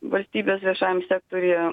valstybės viešajam sektoriuje